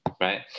right